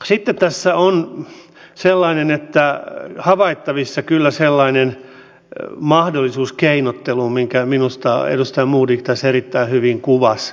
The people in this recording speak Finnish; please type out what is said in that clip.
sitten tässä on havaittavissa kyllä sellainen mahdollisuus keinotteluun minkä minusta edustaja modig tässä erittäin hyvin kuvasi